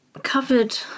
covered